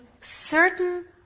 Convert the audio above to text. certain